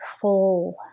full